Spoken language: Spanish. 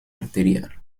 arterial